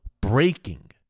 breaking